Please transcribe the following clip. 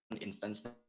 instance